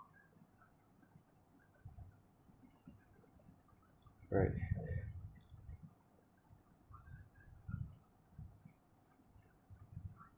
right